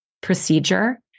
procedure